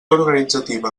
organitzativa